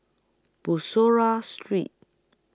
Bussorah Street